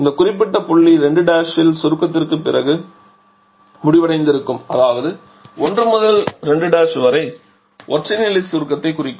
இந்த குறிப்பிட்ட புள்ளி 2 இல் சுருக்கத்திற்குப் பிறகு முடிவடைந்திருக்கும் அதாவது 1 முதல் 2 என்பது ஒற்றை நிலை சுருக்கத்தைக் குறிக்கும்